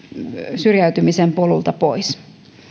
syrjäytymisen polulta pois